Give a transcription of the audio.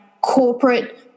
corporate